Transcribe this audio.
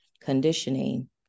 conditioning